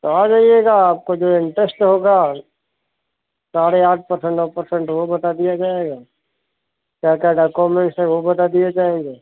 तो आ जाइएगा आपको जो है इन्ट्रस्ट होगा साढ़े आठ पर्सेन्ट नौ पर्सेन्ट वो बता दिया जाएगा क्या क्या डाकोमेन्ट्स हैं वो बता दिए जाएँगे